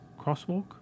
crosswalk